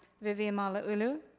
vivian malauulu.